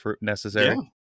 necessary